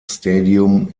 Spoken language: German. stadium